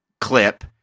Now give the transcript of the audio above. clip